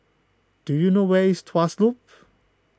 do you know where is Tuas Loop